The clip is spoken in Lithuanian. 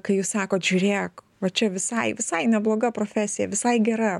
kai jūs sakot žiūrėk va čia visai visai nebloga profesija visai gera